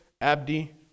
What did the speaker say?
Abdi